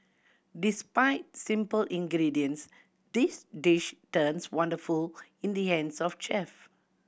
despite simple ingredients this dish turns wonderful in the hands of chef